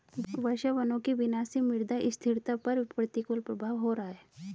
वर्षावनों के विनाश से मृदा स्थिरता पर प्रतिकूल प्रभाव हो रहा है